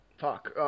fuck